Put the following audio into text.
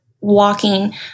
walking